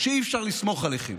שאי-אפשר לסמוך עליכם